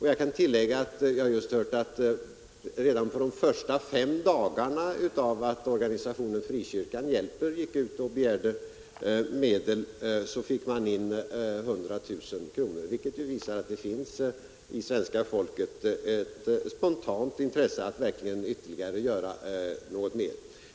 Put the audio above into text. Jag kan tillägga att jag just hört att redan under de första fem dagarna som organisationen Frikyrkan hjälper gick ut och begärde medel fick man in 100 000 kronor, vilket ju visar att det finns inom svenska folket ett spontant intresse att verkligen göra något mer.